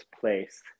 place